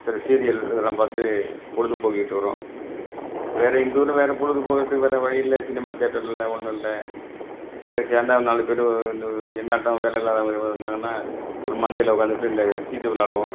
சில சீரியல் இதெலாம் பார்த்து பொழுதுபோக்கிட்டு வரோம் வேறே இந்த ஊரில் வேறே பொழுதுபோக்கறதுக்கு வேறே வழியில்ல சினிமா தேட்டர் இல்லை ஒன்று இல்லை இதே சேர்ந்தாலும் நாலு பேர் இந்த என்னாட்டம் வேலை இல்லாதவங்க வந்தாங்கன்னா ஒரு மந்தையில் உக்காந்துட்டு இந்த சீட்டு விளாடுவோம்